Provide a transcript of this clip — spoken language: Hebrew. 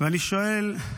ואני שואל,